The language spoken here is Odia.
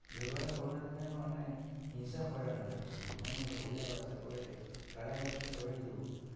ବ୍ୟବହାର କରୁନାହାନ୍ତି କାହିଁକି ମାନେ ହିଂସା ପରାୟଣ ହେଉଛନ୍ତି ମାନେ ଓଡ଼ିଆ ଭାଷା କହିଲେ କାଳେ ଆମେ ଛୋଟ ହେଇଯିବୁ